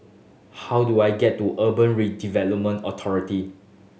how do I get to Urban Redevelopment Authority